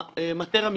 המטריה משתנה.